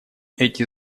эти